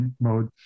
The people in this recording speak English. mode